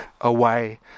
away